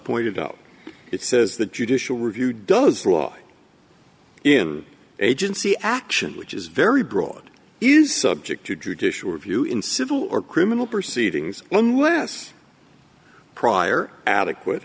pointed out it says the judicial review does rule in agency action which is very broad is subject to judicial review in civil or criminal proceedings unless prior adequate